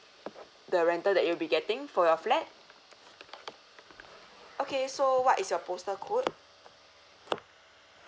the rental that you'll be getting for your flat okay so what is your postal code